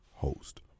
Host